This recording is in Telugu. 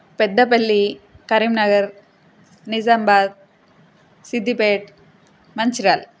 పెద్దపల్లి కరీంనగర్ నిజాంబాద్ సిద్దిపేట్ మంచిర్యాల్